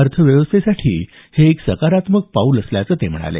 अर्थव्यवस्थेसाठी हे एक सकारात्मक पाऊल असल्याचं ते म्हणाले